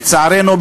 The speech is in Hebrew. לצערנו,